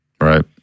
Right